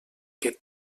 que